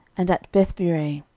and at bethbirei,